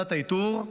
ועדת האיתור,